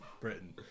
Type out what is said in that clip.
Britain